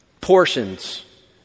portions